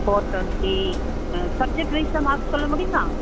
four twenty subject வைசாக mark சொல்ல முடியுமா